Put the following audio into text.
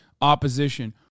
opposition